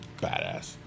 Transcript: badass